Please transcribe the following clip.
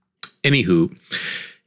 Anywho